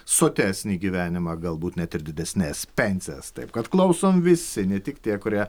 sotesnį gyvenimą galbūt net ir didesnes pensijas taip kad klausom visi ne tik tie kurie